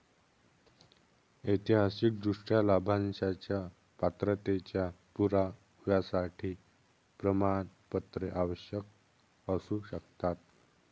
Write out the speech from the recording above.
ऐतिहासिकदृष्ट्या, लाभांशाच्या पात्रतेच्या पुराव्यासाठी प्रमाणपत्रे आवश्यक असू शकतात